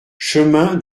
chemin